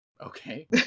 Okay